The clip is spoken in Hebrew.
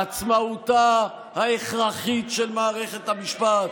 עצמאותה ההכרחית של מערכת המשפט.